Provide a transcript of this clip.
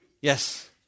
Yes